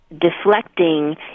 deflecting